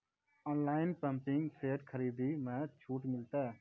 Online pumping set खरीदारी मे छूट मिलता?